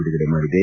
ಬಿಡುಗಡೆ ಮಾಡಿದೆ